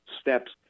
steps